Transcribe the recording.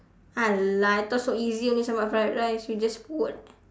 !alah! I thought so easy only sambal fried rice you just put